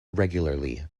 regularly